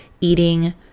eating